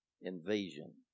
invasion